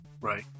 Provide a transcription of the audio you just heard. Right